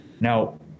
Now